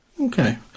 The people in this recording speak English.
Okay